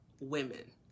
women